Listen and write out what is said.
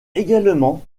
également